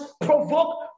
provoke